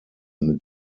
mit